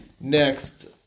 next